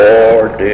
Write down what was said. Lord